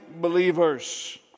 believers